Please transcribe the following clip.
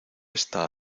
esta